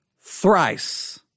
thrice